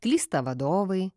klysta vadovai